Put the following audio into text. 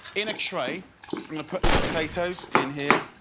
in a tray i'm gonna put the potatoes in here.